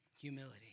humility